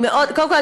קודם כול,